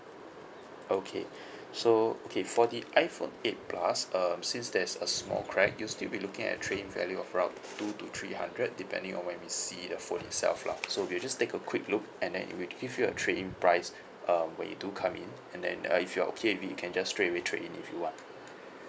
okay so okay for the iphone eight plus uh since there's a small crack you will still be looking at trade in value of around two to three hundred depending on when we see the phone itself lah so we'll just take a quick look and then we will give you a trade in price um when you do come in and then uh if you're okay maybe you can just straightaway trade in if you want